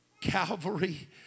Calvary